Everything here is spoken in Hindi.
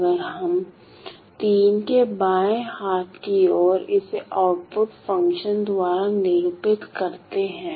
अगर हम के बाएं हाथ की ओर इसे आउटपुट फंक्शन द्वारा निरूपित करते हैं